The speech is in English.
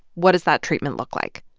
what does that treatment look like?